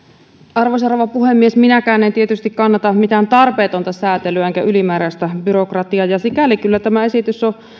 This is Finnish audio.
arvoisa rouva puhemies minäkään en tietysti kannata mitään tarpeetonta säätelyä enkä ylimääräistä byrokratiaa sikäli tämä esitys on kyllä